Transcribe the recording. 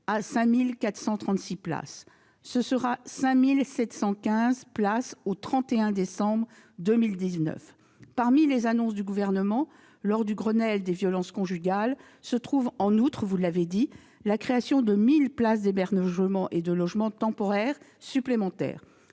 seront au nombre de 5 715 au 31 décembre 2019. Parmi les annonces du Gouvernement lors du Grenelle des violences conjugales figure en outre- vous l'avez dit -la création de 1 000 places d'hébergement et de logement temporaires supplémentaires.